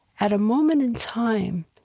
at a moment in time,